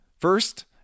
First